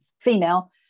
female